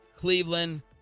Cleveland